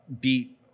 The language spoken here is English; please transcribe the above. beat